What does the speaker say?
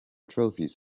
trophies